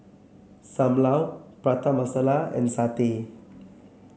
Sam Lau Prata Masala and satay